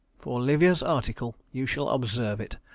for livia article you shall observe it,